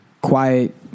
quiet